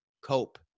cope